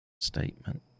statement